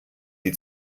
sie